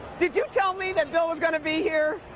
did you tell me that bill was going to be here.